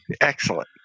Excellent